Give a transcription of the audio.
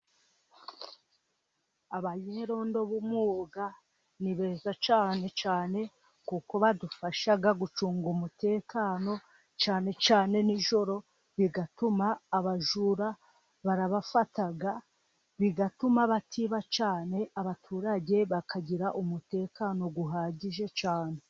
Abanyerondo b'umwuga ni beza cyane cyane, kuko badufasha gucunga umutekano cyane cyane ni ijoro, bituma abajura babafata bituma batiba cyane, abaturage bakagira umutekano uhagije cyane.